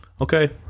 okay